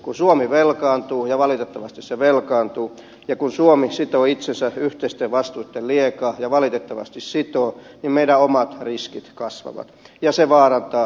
kun suomi velkaantuu ja valitettavasti se velkaantuu ja kun suomi sitoo itsensä yhteisten vastuitten liekaan ja valitettavasti sitoo niin meidän omat riskimme kasvavat ja se vaarantaa nämä kolme ata